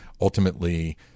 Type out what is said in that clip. Ultimately